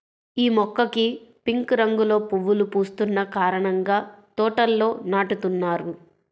యీ మొక్కకి పింక్ రంగులో పువ్వులు పూస్తున్న కారణంగా తోటల్లో నాటుతున్నారు